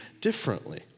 differently